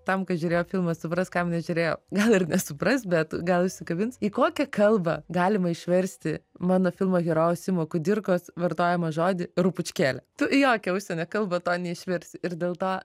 tam kas žiūrėjo filmą supras kam nežiūrėjo gal ir nesupras bet gal įsikabins į kokią kalbą galima išversti mano filmo herojaus simo kudirkos vartojamą žodį rupučkėle tu į jokią užsienio kalbą to neišversi ir dėl to